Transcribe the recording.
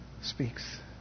speaks